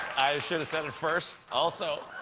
i should've said it first. also,